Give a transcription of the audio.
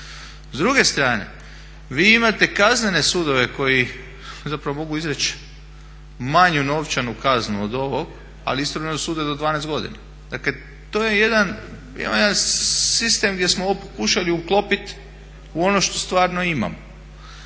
S druge strane, vi imate kaznene sudove koji zapravo mogu izreći manju novčanu kaznu od ovog, ali istovremeno sude do 12 godina. Dakle, to je jedan, imamo jedan sistem gdje smo pokušali uklopiti u ono što stvarno imam.